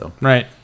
Right